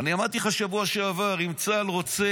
אמרתי לך בשבוע שעבר שאם צה"ל רוצה,